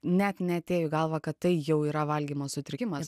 net neatėjo į galvą kad tai jau yra valgymo sutrikimas